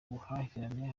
buhahirane